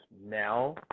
now